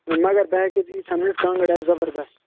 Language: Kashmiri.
نہ مگر بہٕ ہیٚکٕے ژےٚ یٖیژہان ؤنِتھ کانٛگٕر آسہِ زَبَردَس